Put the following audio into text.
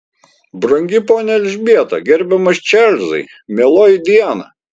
brangi ponia elžbieta gerbiamas čarlzai mieloji diana